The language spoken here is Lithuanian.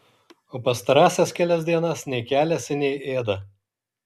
o pastarąsias kelias dienas nei keliasi nei ėda